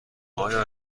آیا